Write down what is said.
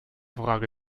frage